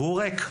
והוא ריק.